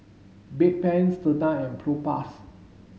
Bedpans Tena and Propass